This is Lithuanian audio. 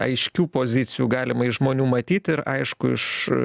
aiškių pozicijų galima iš žmonių matyt ir aišku iš